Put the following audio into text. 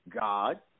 God